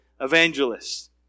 Evangelists